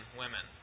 women